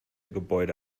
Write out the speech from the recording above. gebäude